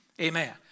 Amen